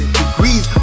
degrees